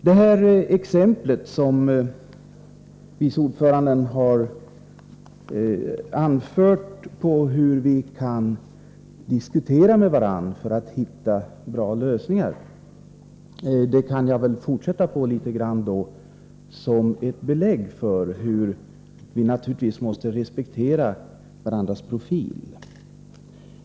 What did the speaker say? Det exempel som vice ordföranden har tagit upp angående hur vi kan diskutera med varandra för att hitta bra lösningar kan jag väl fortsätta litet på, som ett belägg för hur vi måste respektera varandras profil.